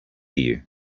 you